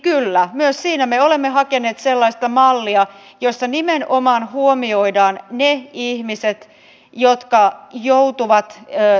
kyllä myös siinä me olemme hakeneet sellaista mallia jossa nimenomaan huomioidaan ne